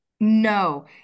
no